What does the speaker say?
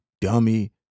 dummy